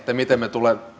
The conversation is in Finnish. miten me tulemme